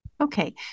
Okay